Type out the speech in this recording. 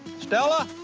stella,